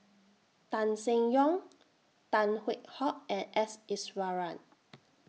Tan Seng Yong Tan Hwee Hock and S Iswaran